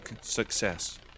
success